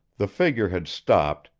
the figure had stopped,